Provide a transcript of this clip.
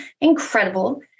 incredible